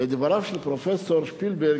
לדבריו של פרופסור שפילברג,